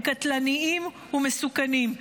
הם קטלניים ומסוכנים.